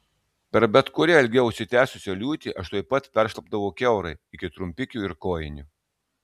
per bet kurią ilgiau užsitęsusią liūtį aš tuoj pat peršlapdavau kiaurai iki trumpikių ir kojinių